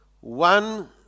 one